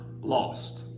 lost